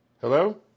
Hello